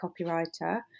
copywriter